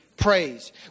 praise